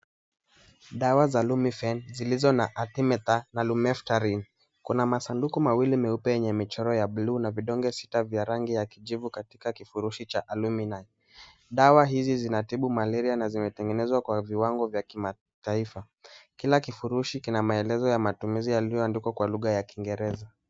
Dawa za Lumifen, zilizo n a Artemether na Lumefantrine. Kuna masanduku mawili meupe yenye michoro ya buluu na vidonge sita vya kijivu katika kifurushi cha alumini . Dawa hizi zinztibu malaria na zimetengenezwa kwa kiwango cha kimataifa. Kila kifurushi kina maelezo ya matumizi yaliyoandikwa kwa lugha ya Kiingereza.